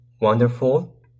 wonderful